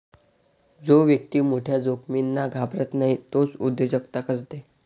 जो व्यक्ती मोठ्या जोखमींना घाबरत नाही तोच उद्योजकता करते